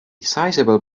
sizable